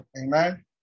amen